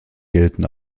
gelten